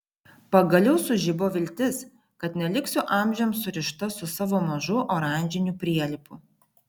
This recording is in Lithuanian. pagaliau sužibo viltis kad neliksiu amžiams surišta su savo mažu oranžiniu prielipu